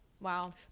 Wow